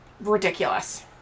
ridiculous